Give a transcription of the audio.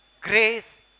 grace